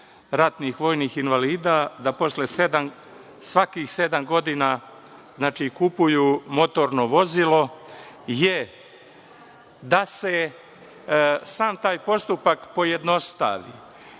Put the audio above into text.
ratnih vojnih invalida svakih sedam godina kupuju motorno vozilo je da se sam taj postupak pojednostavi.